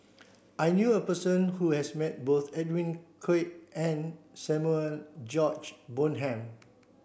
I knew a person who has met both Edwin Koek and Samuel George Bonham